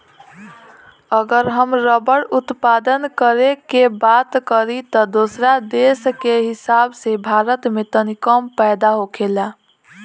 अगर हम रबड़ उत्पादन करे के बात करी त दोसरा देश के हिसाब से भारत में तनी कम पैदा होखेला